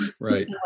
Right